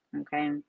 okay